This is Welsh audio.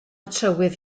trywydd